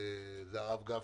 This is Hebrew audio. זה הרב גפני.